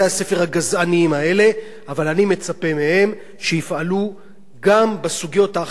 אבל אני מצפה מהם שיפעלו גם בסוגיות האחרות על-פי אותן אמות מידה.